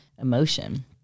emotion